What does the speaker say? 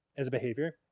as behavior.